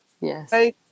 Yes